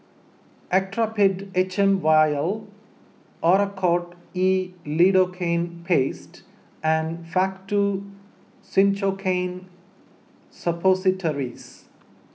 Actrapid H M Vial Oracort E Lidocaine Paste and Faktu Cinchocaine Suppositories